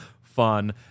fun